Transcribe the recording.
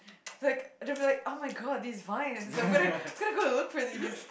is like is like [oh]-my-god these vines I'm gonna gonna go and look for these